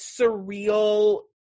surreal